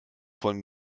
von